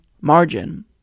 margin